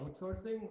outsourcing